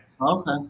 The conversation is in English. Okay